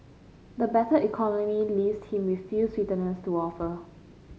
the battered economy leaves him with few sweeteners to offer